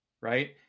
right